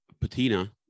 Patina